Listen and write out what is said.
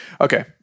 Okay